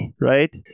right